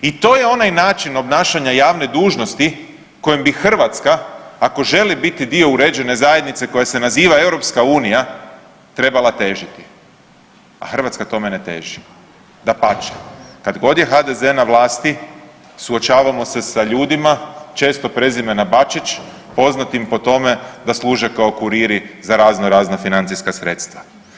I to je onaj način obnašanja javne dužnosti kojem bi Hrvatska ako želi biti dio uređene zajednice koja se naziva EU trebala težiti, a Hrvatska tome ne teži, dapače kad god je HDZ na vlasti suočavamo se sa ljudima često prezimena Bačić poznatim po tome da služe kao kuriri za razno razna financijska sredstva.